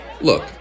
Look